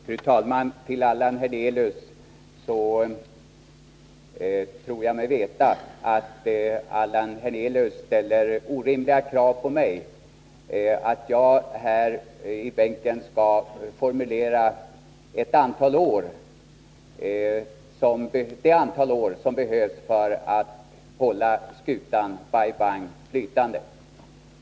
Fru talman! Det är orimligt att kräva av mig, Allan Hernelius, att jag här i bänken skall kunna ange det antal år som behövs för att hålla skutan Bai Bang flytande.